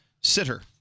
sitter